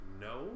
No